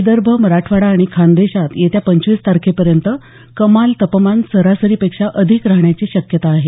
विदर्भ मराठवाडा आणि खान्देशात येत्या पंचवीस तारखेपर्यंत कमाल तापमान सरासरीपेक्षा अधिक राहण्याची शक्यता आहे